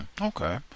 Okay